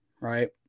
right